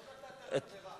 לא הותרת לה ברירה.